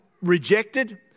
rejected